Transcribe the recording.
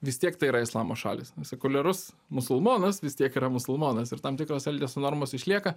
vis tiek tai yra islamo šalys nesekuliarus musulmonas vis tiek yra musulmonas ir tam tikros elgesio normos išlieka